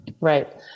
Right